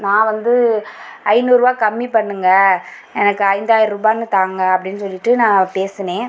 நான் வந்து ஐநூரூவா கம்மி பண்ணுங்க எனக்கு ஐந்தாயிரம் ரூபான்னு தாங்க அப்படின்னு சொல்லிட்டு நான் பேசினேன்